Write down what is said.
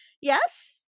yes